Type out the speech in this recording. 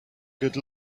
good